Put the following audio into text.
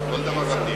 מה קרה, כל דבר המדינה?